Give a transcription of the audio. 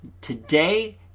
today